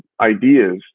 ideas